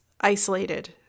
isolated